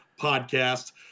podcast